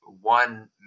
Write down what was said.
one